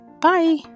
Bye